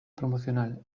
promocional